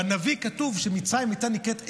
בנביא כתוב שמצרים הייתה נקראת עגלה.